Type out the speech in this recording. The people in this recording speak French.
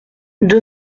deux